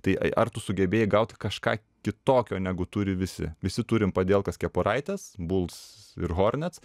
tai ai ar tu sugebėjai gaut kažką kitokio negu turi visi visi turim padielkas kepuraites buls ir hornets